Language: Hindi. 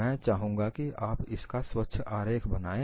मैं चाहूंगा कि आप इसका स्वच्छ आरेख बनाएं